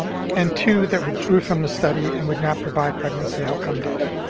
um and two that withdrew from the study and would not provide pregnancy outcome data,